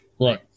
Right